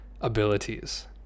abilities